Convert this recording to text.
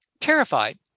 Terrified